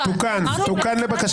מי נגד?